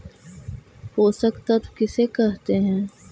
पोषक तत्त्व किसे कहते हैं?